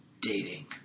dating